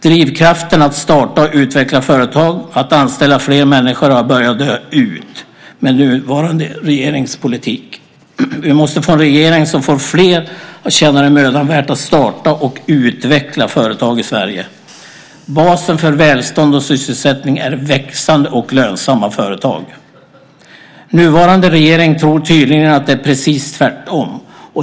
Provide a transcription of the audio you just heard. Drivkraften att starta och utveckla företag, att anställa fler människor, har börjat dö ut med nuvarande regeringspolitik. Vi måste få en regering som får fler att känna det mödan värt att starta och utveckla företag i Sverige. Basen för välstånd och sysselsättning är växande och lönsamma företag. Nuvarande regering tror tydligen att det är precis tvärtom.